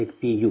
u